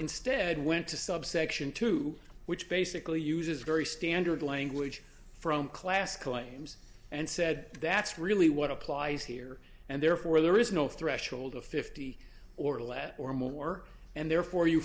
instead went to subsection two which basically uses very standard language from class claims and said that's really what applies here and therefore there is no threshold of fifty or less or more and therefore you